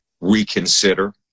reconsider